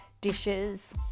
dishes